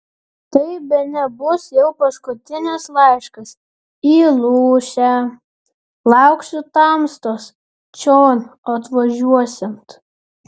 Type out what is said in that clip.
tai bene bus jau paskutinis laiškas į lūšę lauksiu tamstos čion atvažiuosiant